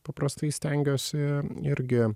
paprastai stengiuosi irgi